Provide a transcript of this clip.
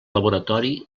laboratori